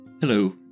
hello